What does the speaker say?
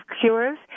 Cures